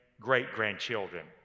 great-grandchildren